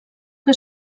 que